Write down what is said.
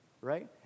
right